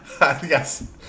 Yes